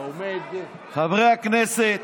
חברי הכנסת,